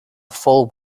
full